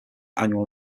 annual